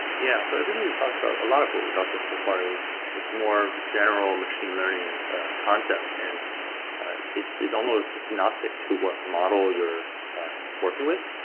yeah. so everything we've talked about a lot of what we talked about so far is just more general machine learning concepts. and it's almost agnostic to what model you're working with.